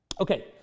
Okay